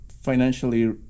financially